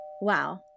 Wow